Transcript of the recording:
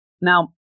Now